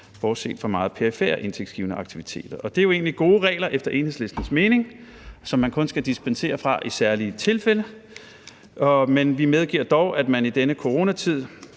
bortset fra meget perifere indtægtsgivende aktiviteter. Og det er jo egentlig gode regler efter Enhedslistens mening, som man kun skal dispensere fra i særlige tilfælde. Men vi medgiver dog, at man i denne coronatid